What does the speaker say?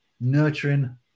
Nurturing